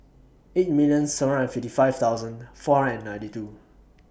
eight million seven hundred and fifty five thousand four hundred and ninety two